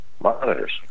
monitors